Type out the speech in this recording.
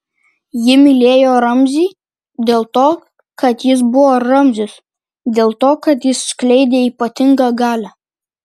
ji mylėjo ramzį dėl to kad jis buvo ramzis dėl to kad jis skleidė ypatingą galią